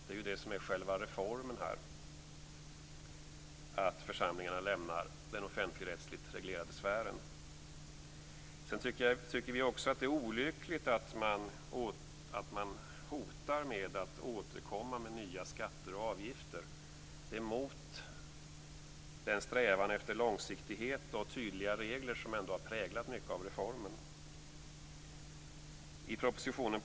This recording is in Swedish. Det är ju det som är själva reformen att församlingarna lämnar den offentligträttsligt reglerade sfären. Sedan tycker vi också att det är olyckligt att man hotar med att återkomma med nya skatter och avgifter. Det går mot den strävan efter långsiktighet och tydliga regler som ändå har präglat mycket av reformen.